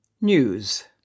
News